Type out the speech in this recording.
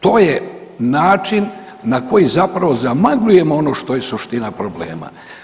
To je način na koji zapravo zamagljujemo ono što je suština problema.